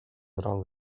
rąk